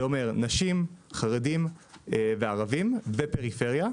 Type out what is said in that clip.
זה אומר נשים, חרדים, ערבים ופריפריה.